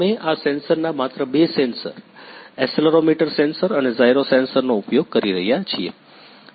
અમે આ સેન્સરના માત્ર બે સેન્સર બે સેન્સર એક્સેલરોમીટર સેન્સર અને જાઇરો સેન્સરનો ઉપયોગ કરી રહ્યા છીએ